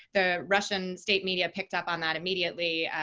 the russian state media picked up on that immediately.